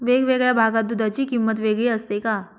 वेगवेगळ्या भागात दूधाची किंमत वेगळी असते का?